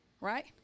Right